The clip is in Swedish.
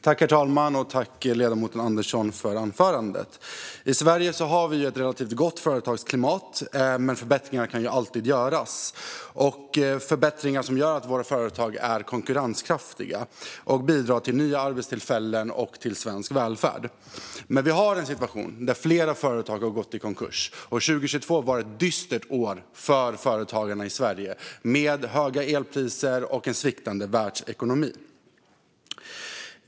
Herr talman! Tack, ledamoten Andersson, för anförandet! I Sverige har vi ett relativt gott företagsklimat, men förbättringar kan alltid göras - förbättringar som gör att våra företag är konkurrenskraftiga och bidrar till nya arbetstillfällen och svensk välfärd. Men vi har en situation där flera företag har gått i konkurs. År 2022 var ett dystert år för företagarna i Sverige, med höga elpriser och en sviktande världsekonomi.